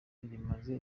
rimaze